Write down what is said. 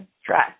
stress